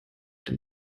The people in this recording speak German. dem